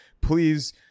please